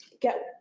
get